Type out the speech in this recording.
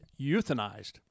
euthanized